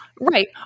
Right